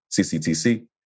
CCTC